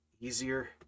easier